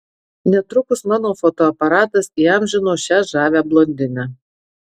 netrukus mano fotoaparatas įamžino šią žavią blondinę